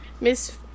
Miss